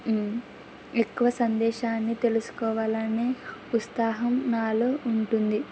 ఎక్కువ సందేశాన్ని తెలుసుకోవాలనే ఉత్సాహం నాలో ఉంటుంది